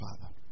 Father